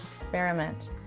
Experiment